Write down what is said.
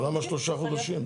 אבל למה שלושה חודשים?